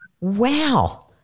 Wow